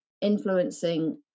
influencing